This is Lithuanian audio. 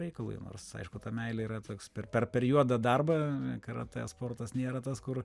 reikalui nors aišku ta meilė yra toks per per per juodą darbą karatė sportas nėra tas kur